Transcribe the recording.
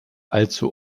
allzu